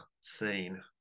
scene